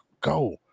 go